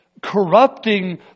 corrupting